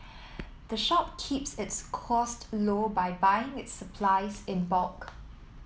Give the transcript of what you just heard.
the shop keeps its cost low by buying its supplies in bulk